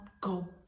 go